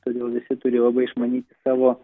todėl visi turi labai išmanyti savo